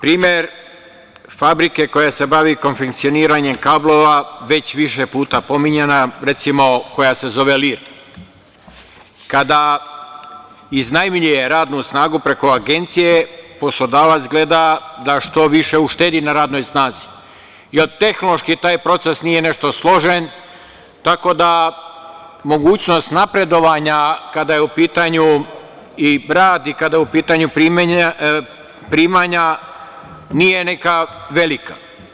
Primer fabrike koja se bavi konfekcioniranjem kablova, već više puta pominjana, recimo, koja se zove „Lir“, kada iznajmljuje radnu snagu preko agencije, poslodavac gleda da što više uštedi na radnoj snazi, jer tehnološki taj proces nije nešto složen, tako da mogućnost napredovanja kada je u pitanju rad i kada su u pitanju primanja nije neka velika.